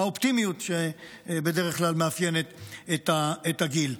האופטימיות שבדרך כלל מאפיינת את הגיל.